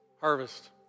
Harvest